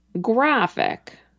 Graphic